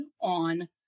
on